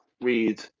read